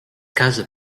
casa